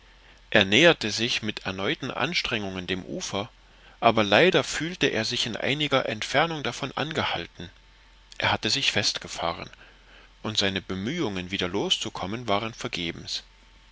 er näherte sich mit erneuten anstrengungen dem ufer aber leider fühlte er sich in einiger entfernung davon angehalten er hatte sich festgefahren und seine bemühungen wieder loszukommen waren vergebens